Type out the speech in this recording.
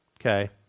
Okay